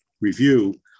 review